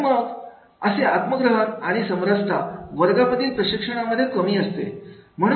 आणि मग मग असे आत्म ग्रहण आणि समरसता वर्गातील प्रशिक्षणामध्ये कमी असते